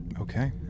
Okay